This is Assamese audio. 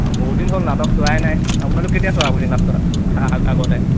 অঁ বহুতদিন হ'ল নাটক চোৱাই নাই আপোনালোক কেতিয়া চোৱা আপুনি লাষ্টত আগতে